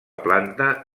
planta